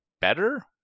better